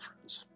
Friends